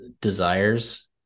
desires